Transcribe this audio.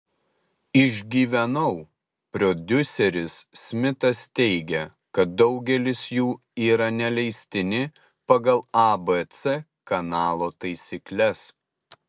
išgyvenau prodiuseris smitas teigia kad daugelis jų yra neleistini pagal abc kanalo taisykles